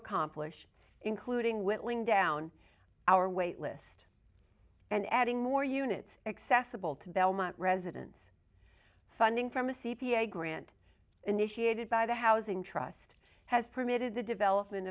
accomplish including whittling down our wait list and adding more units accessible to belmont residents funding from a c p a grant initiated by the housing trust has permitted the development